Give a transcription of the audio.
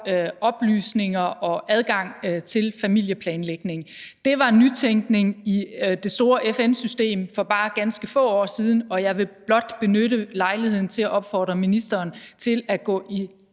for oplysning om og adgang til familieplanlægning. Det var nytænkning i det store FN-system for bare ganske få år siden, og jeg vil blot benytte lejligheden til at opfordre ministeren til at gå i